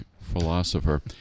philosopher